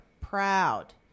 proud